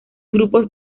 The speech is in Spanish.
grupos